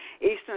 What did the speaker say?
Eastern